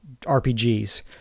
RPGs